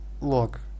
look